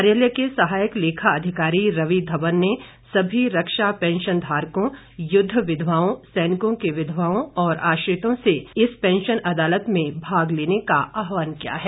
कार्यालय के सहायक लेखा अधिकारी रवि धवन ने सभी रक्षा पैंशन धारकों युद्ध विधवाओं सैनिकों की विधवाओं और आश्रितों से इस पैंशन अदालत में भाग लेने का आहवान किया है